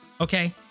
Okay